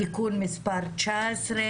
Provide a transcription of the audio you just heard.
תיקון מספר 19,